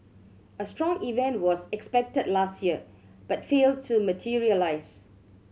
a strong event was expected last year but failed to materialise